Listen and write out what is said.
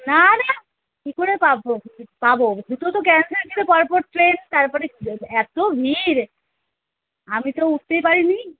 না না কী করে পাবো পাবো দুটো তো ক্যান্সেল ছিলো পর পর ট্রেন তারপরে এতো ভিড় আমি তো উঠতেই পারি নি